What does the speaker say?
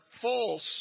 false